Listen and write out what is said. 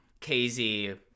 KZ